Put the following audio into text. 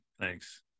Thanks